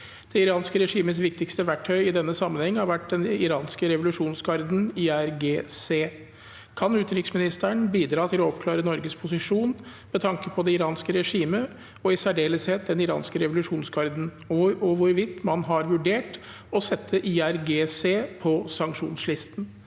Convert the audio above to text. Det iranske regimets viktigste verktøy i denne sammenheng har vært den iranske revo- lusjonsgarden (IRGC). Kan utenriksministeren bidra til å oppklare Norges posisjon med tanke på det iranske regimet og i særdeles- het den iranske revolusjonsgarden, og hvorvidt man har vurdert å sette IRGC på sanksjonslisten?»